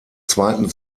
zweiten